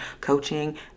coaching